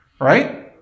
Right